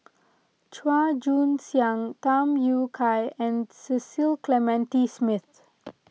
Chua Joon Siang Tham Yui Kai and Cecil Clementi Smith